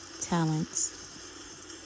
talents